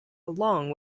along